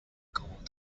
called